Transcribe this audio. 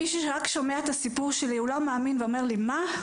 מי שרק שומע את הסיפור שלי לא מאמין ואומר לי "מה?